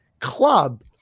club